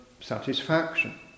satisfaction